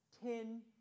Ten